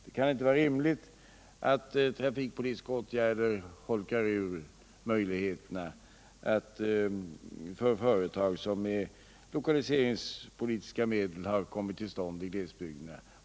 Det kan inte vara rimligt att trafikpolitiska åtgärder holkar ur möjligheterna att överleva för de företag som med lokaliseringspolitiska medel har kommit till stånd i glesbygderna.